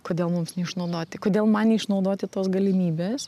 kodėl mums neišnaudoti kodėl man neišnaudoti tos galimybės